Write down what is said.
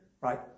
Right